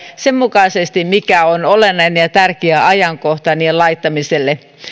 sen mukaisesti mikä on olennainen ja tärkeä ajankohta niiden laittamiselle